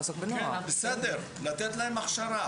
בסדר, לתת להם הכשרה.